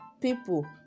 people